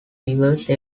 diverse